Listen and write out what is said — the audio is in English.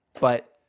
but-